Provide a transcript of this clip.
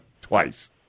twice